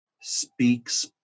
speaks